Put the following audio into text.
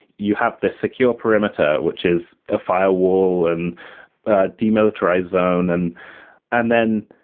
you have this secure perimeter, which is a firewall and a demilitarized zone. and and then,